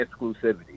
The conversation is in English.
exclusivity